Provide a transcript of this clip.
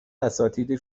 اساتید